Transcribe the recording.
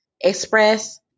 express